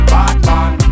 Batman